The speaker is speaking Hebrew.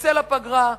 נצא לפגרה,